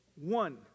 one